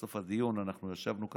בסוף הדיון אנחנו ישבנו כאן,